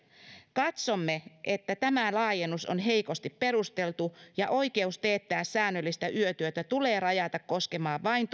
katsomme että tämä laajennus on heikosti perusteltu ja oikeus teettää säännöllistä yötyötä tulee rajata koskemaan vain